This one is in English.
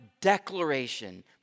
declaration